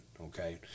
Okay